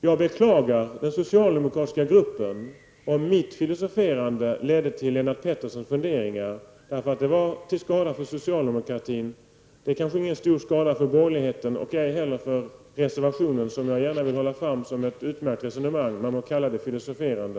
Jag beklagar den socialdemokratiska gruppen om mitt filosoferande ledde till Lennart Petterssons funderingar, eftersom de var till skada för socialdemokratin. Det kanske inte är någon stor skada för borgerligheten och ej heller för reservationen. Jag vill gärna hålla fram innehållet i reservationen som ett utmärkt resonemang. Man må kalla det filosoferande.